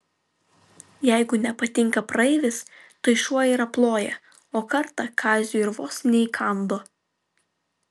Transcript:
jeigu nepatinka praeivis tai šuo ir aploja o kartą kaziui ir vos neįkando